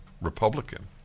Republican